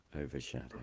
overshadow